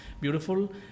beautiful